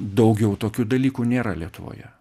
daugiau tokių dalykų nėra lietuvoje